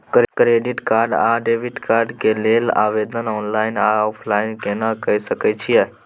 Credit card आ debit card के लेल आवेदन ऑनलाइन आ ऑफलाइन केना के सकय छियै?